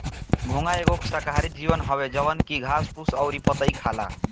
घोंघा एगो शाकाहारी जीव हवे जवन की घास भूसा अउरी पतइ खाला